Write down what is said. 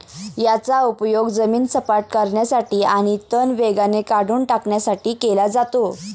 याचा उपयोग जमीन सपाट करण्यासाठी आणि तण वेगाने काढून टाकण्यासाठी केला जातो